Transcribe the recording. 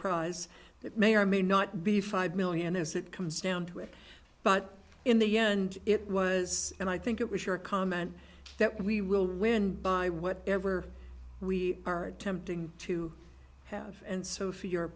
prize that may or may not be five million is it comes down to it but in the end it was and i think it was your comment that we will win by what ever we are attempting to have and so for your